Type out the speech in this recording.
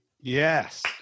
yes